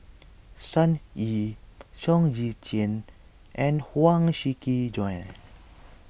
Sun Yee Chong Tze Chien and Huang Shiqi Joan